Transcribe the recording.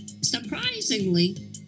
surprisingly